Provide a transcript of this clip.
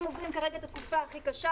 הם עוברים עכשיו את התקופה הכי קשה,